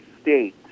State